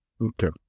Okay